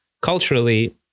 culturally